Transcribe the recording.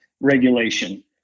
regulation